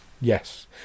yes